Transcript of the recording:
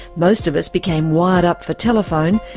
most of us became wired up for telephone,